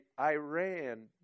Iran